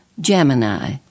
Gemini